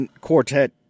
quartet